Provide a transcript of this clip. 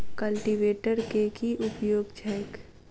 Cultivator केँ की उपयोग छैक?